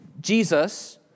Jesus